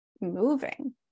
moving